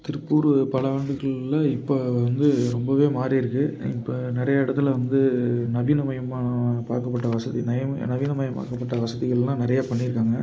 திருப்பூர் பல ஆண்டுகள்ல இப்போ வந்து ரொம்பவே மாறி இருக்குது இப்போ நிறையா இடத்துல வந்து நவீனமயமாக பார்க்கப்பட்ட வசதி நய நவீனமயமாக்கப்பட்ட வசதிகள்லெலாம் நிறையா பண்ணியிருக்காங்க